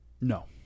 No